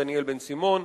דניאל בן-סימון,